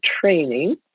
training